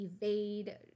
evade